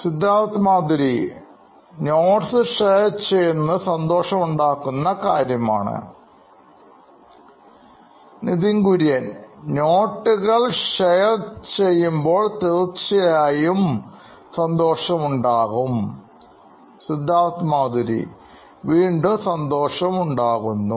Siddharth Maturi CEO Knoin Electronics Notes share ചെയ്യുന്നത് സന്തോഷമുണ്ടാക്കുന്ന കാര്യമാണ് Nithin Kurian COO Knoin Electronics നോട്ടുകൾ ഷെയർ ചെയ്യുമ്പോൾ തീർച്ചയായുംസന്തോഷമുണ്ടാകും Siddharth Maturi CEO Knoin Electronics വീണ്ടും സന്തോഷം ഉണ്ടാകുന്നു